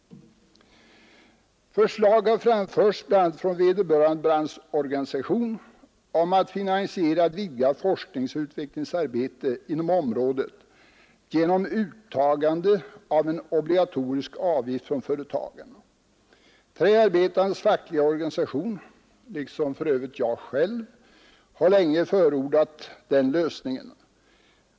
Förslag har framförts, bl.a. från vederbörande branschorganisation, om att finansiera vidgat forskningsoch utvecklingsarbete på detta område genom uttagande av en obligatorisk avgift från företagen. Träarbetarnas fackliga organisation, liksom för övrigt jag själv, har länge förordat den lösningen.